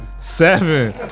Seven